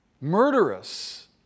Murderous